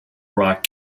rock